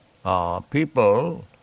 people